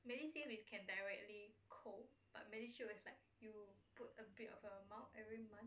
many say they can directly coal but medishield looks like you put a bit of an amount every month